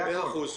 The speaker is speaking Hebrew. זה הכול.